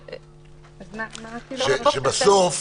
שבסוף,